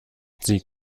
sie